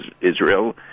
Israel